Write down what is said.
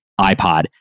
iPod